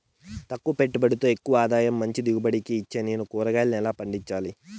తక్కువ పెట్టుబడితో ఎక్కువగా ఆదాయం మంచి దిగుబడి ఇచ్చేకి నేను కూరగాయలను ఎలా పండించాలి?